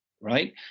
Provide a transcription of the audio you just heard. right